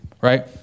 right